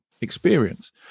experience